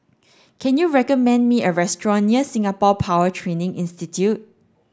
can you recommend me a restaurant near Singapore Power Training Institute